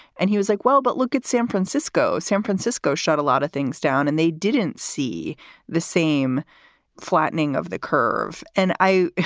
and he was like, well, but look at san francisco. san francisco shot a lot of things down and they didn't see the same flattening of the curve. and i